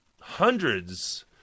hundreds